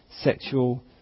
sexual